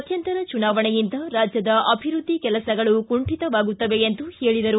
ಮಧ್ಯಂತರ ಚುನಾವಣೆಯಿಂದ ರಾಜ್ಯದ ಅಭಿವೃದ್ದಿ ಕೆಲಸಗಳು ಕುಂಠಿತವಾಗುತ್ತವೆ ಎಂದು ಹೇಳಿದರು